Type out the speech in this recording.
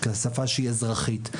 שפה אזרחית,